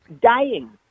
dying